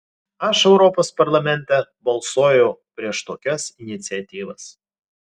aš europos parlamente balsuoju prieš tokias iniciatyvas